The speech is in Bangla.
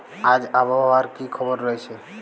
আজ আবহাওয়ার কি খবর রয়েছে?